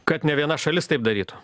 kad ne viena šalis taip darytų